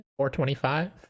425